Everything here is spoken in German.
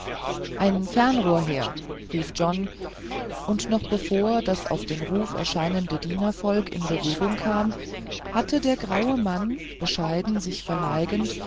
ein fernrohr her rief john und noch bevor das auf den ruf erscheinende dienervolk in bewegung kam hatte der graue mann bescheiden sich verneigend